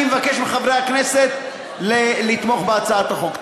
אני מבקש מחברי הכנסת לתמוך בהצעת החוק.